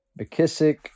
McKissick